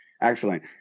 Excellent